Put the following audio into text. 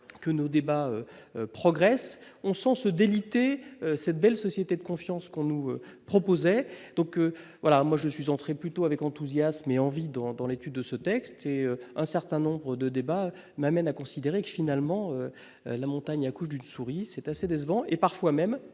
que nos débats progresse, on sent se déliter cette belle société de confiance qu'on nous proposait donc voilà, moi je suis entrée plutôt avec enthousiasme et envie dans dans l'étude de ce texte et un certain nombre de débats n'amène à considérer que finalement la montagne accouche d'une souris, c'est assez décevant et parfois même,